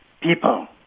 people